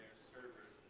servers,